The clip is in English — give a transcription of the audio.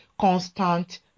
constant